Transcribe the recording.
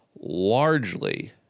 largely